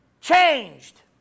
changed